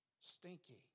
stinky